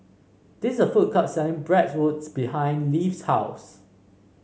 this a food court selling Bratwurst behind Leif's house